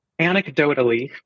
anecdotally